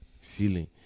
ceiling